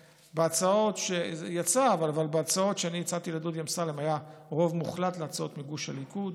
בהצעות שאני הצעתי לדודי אמסלם היה רוב מוחלט להצעות מגוש הליכוד,